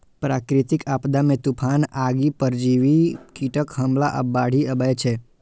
प्राकृतिक आपदा मे तूफान, आगि, परजीवी कीटक हमला आ बाढ़ि अबै छै